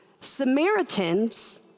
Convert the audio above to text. Samaritans